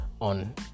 on